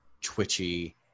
twitchy